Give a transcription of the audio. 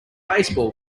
baseball